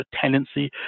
tendency